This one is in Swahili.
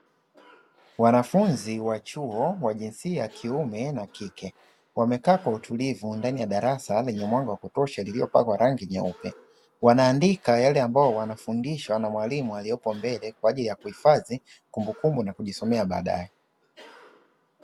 Wanafunzi wa chuo wa jinsi ya kiume na kike, wamekaa kwa utulivu ndani ya darasa lenye mwanga wa kutosha lililopakwa rangi nyeupe. Wanaandika yale ambayo wanayofundishwa na mwalimu aliepo mbele kwaajili ya kuhifadhi kumbukumbu na kujisomea baadae.